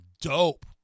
dope